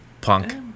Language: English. Punk